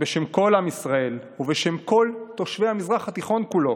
בשם כל עם ישראל ובשם כל תושבי המזרח התיכון כולו